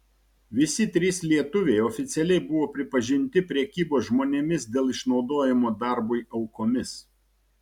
visi trys lietuviai oficialiai buvo pripažinti prekybos žmonėmis dėl išnaudojimo darbui aukomis